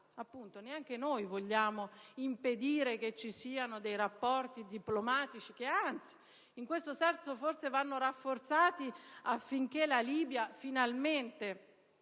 quale neanche noi vogliamo impedire che vi siano rapporti diplomatici che, anzi, in questo senso, vanno rafforzati affinché la Libia finalmente